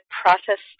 process